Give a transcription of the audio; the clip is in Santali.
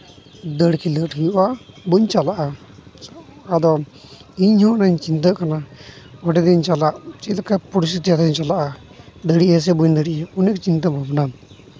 ᱫᱟᱹᱲ ᱠᱷᱮᱞᱳᱰ ᱦᱩᱭᱩᱜᱼᱟ ᱵᱟᱹᱧ ᱪᱟᱞᱟᱜᱼᱟ ᱟᱫᱚ ᱤᱧᱦᱚᱸ ᱚᱱᱟᱧ ᱪᱤᱱᱛᱟᱹᱜ ᱠᱟᱱᱟ ᱚᱸᱰᱮ ᱫᱚᱧ ᱪᱟᱞᱟᱜ ᱪᱮᱫ ᱞᱮᱠᱟ ᱯᱚᱨᱤᱥᱛᱷᱤᱛᱤ ᱟᱫᱚᱧ ᱪᱟᱞᱟᱜᱼᱟ ᱫᱟᱲᱮᱭᱟᱜ ᱟᱹᱧ ᱥᱮ ᱵᱟᱹᱧ ᱫᱟᱲᱮᱭᱟᱜᱼᱟ ᱩᱱᱟᱹᱜ ᱪᱤᱱᱛᱟᱹ ᱵᱷᱟᱵᱽᱱᱟ